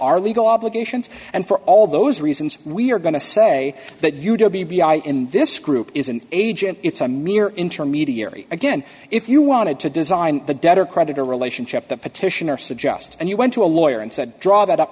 our legal obligations and for all those reasons we are going to say that you do in this group is an agent it's a mere intermediary again if you wanted to design the debtor creditor relationship the petitioner suggests and you went to a lawyer and said draw that up